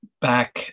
back